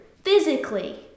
Physically